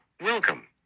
Welcome